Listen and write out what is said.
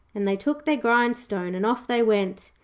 and they took their grindstone and off they went.